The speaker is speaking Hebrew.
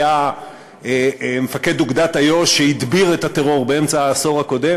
היה מפקד אוגדת איו"ש שהדביר את הטרור באמצע העשור הקודם,